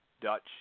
Dutch